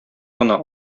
гына